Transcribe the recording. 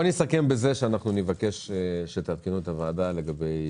בוא נסכם בזה שנבקש שתעדכנו את הוועדה לגבי